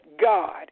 God